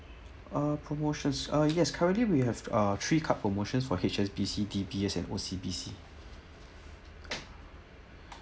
uh promotions uh yes currently we have uh three card promotions for H_S_B_C D_B_S and O_C_B_C